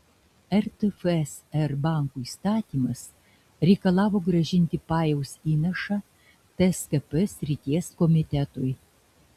rtfsr bankų įstatymas reikalavo grąžinti pajaus įnašą tskp srities komitetui